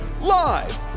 live